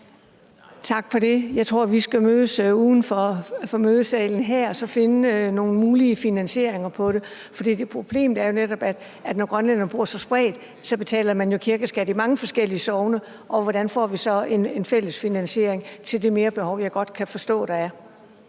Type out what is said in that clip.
Tak for det. Jeg tror, vi skal mødes uden for mødesalen her og så finde nogle mulige finansieringer af det. For problemet er jo netop, at når grønlænderne bor så spredt, betaler de kirkeskat i mange forskellige sogne, og hvordan får vi så en fælles finansiering af det merbehov, jeg godt kan forstå der er?